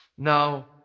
Now